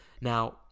Now